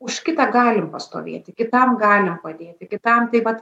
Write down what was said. už kitą galim pastovėti kitam galim padėti kitam taip pat